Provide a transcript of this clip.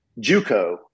JUCO